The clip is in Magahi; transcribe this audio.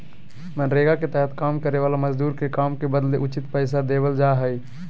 मनरेगा के तहत काम करे वाला मजदूर के काम के बदले उचित पैसा देवल जा हय